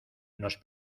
nos